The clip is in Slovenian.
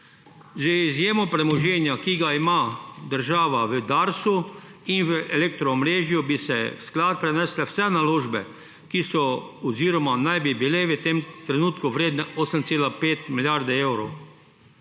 Z izjemno premoženja, ki ga ima država v Darsu in v elektro omrežju bi se v sklad prenesle vse naložbe, ki so oziroma naj bi bile v tem trenutku vredne 8,5 milijarde evrov.